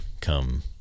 come